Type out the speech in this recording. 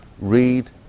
read